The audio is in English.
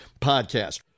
podcast